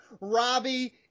Robbie